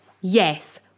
Yes